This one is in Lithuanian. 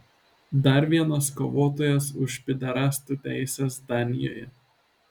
dar vienas kovotojas už pyderastų teises danijoje